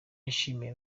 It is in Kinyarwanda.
yashimiye